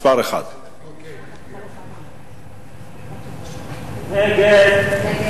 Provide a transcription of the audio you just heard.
מס' 1. ההסתייגות (1) של קבוצת סיעת